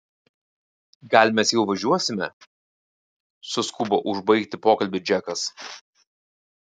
gal mes jau važiuosime suskubo užbaigti pokalbį džekas